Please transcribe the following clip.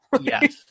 Yes